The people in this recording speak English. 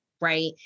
right